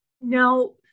Now